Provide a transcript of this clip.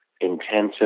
intensive